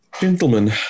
Gentlemen